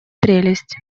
прелесть